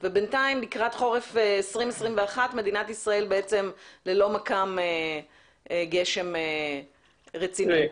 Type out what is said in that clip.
ובינתיים לקראת חורף 2021 מדינת ישראל ללא מכ"ם גשם רציני.